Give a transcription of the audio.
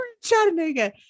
Chattanooga